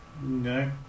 No